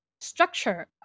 structure